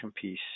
piece